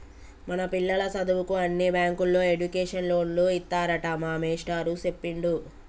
మన పిల్లల సదువుకు అన్ని బ్యాంకుల్లో ఎడ్యుకేషన్ లోన్లు ఇత్తారట మా మేస్టారు సెప్పిండు